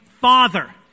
Father